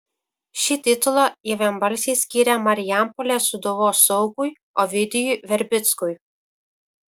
šį titulą jie vienbalsiai skyrė marijampolės sūduvos saugui ovidijui verbickui